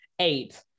eight